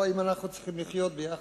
לא אם אנחנו צריכים לחיות ביחד,